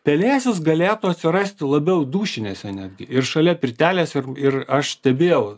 pelėsis galėtų atsirasti labiau dušinėse netgi ir šalia pirtelės ir aš stebėjau